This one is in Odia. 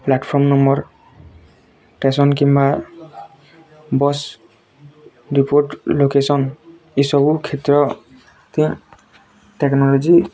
ପ୍ଲାଟ୍ଫର୍ମ ନମ୍ବର୍ ଷ୍ଟେସନ୍ କିମ୍ବା ବସ୍ ରିପୋର୍ଟ ଲୋକେସନ୍ ଏ ସବୁ କ୍ଷେତ୍ର ଥି ଟେକ୍ନୋଲୋଜି